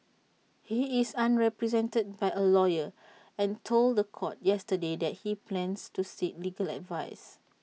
he is unrepresented by A lawyer and told The Court yesterday that he plans to seek legal advice